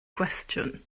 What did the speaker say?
gwestiwn